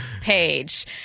page